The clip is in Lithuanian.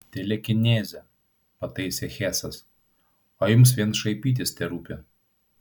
telekinezė pataisė hesas o jums vien šaipytis terūpi